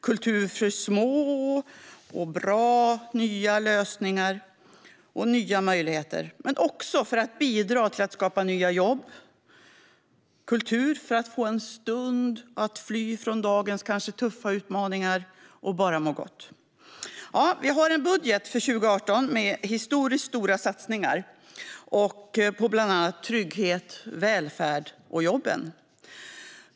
Kultur ska finnas för att må bra, skapa nya lösningar och ge nya möjligheter. Men kultur ska också bidra till att skapa nya jobb. Kultur ska ge oss en stund att fly från dagens tuffa utmaningar och bara må gott. Vi har en budget för 2018 med historiskt stora satsningar på bland annat trygghet, välfärd och jobb.